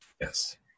Yes